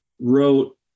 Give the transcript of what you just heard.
wrote